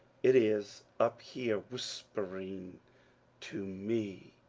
it is up here whispering to me,